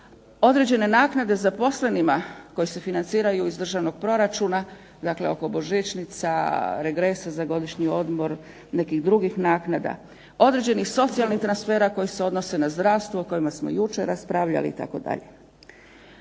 određene naknade zaposlenima koje se financiraju iz državnog proračuna, dakle oko božićnica, regresa za godišnji odmor, nekih drugih naknada, određenih socijalnih transfera koji se odnose na zdravstvo o kojima smo jučer raspravljali itd.